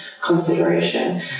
consideration